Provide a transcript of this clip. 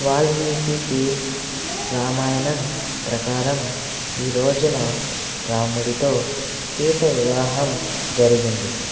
వాల్మీకి రామాయణం ప్రకారం ఈ రోజున రాముడితో సీత వివాహం జరిగింది